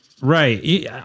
Right